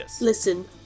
listen